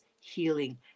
healing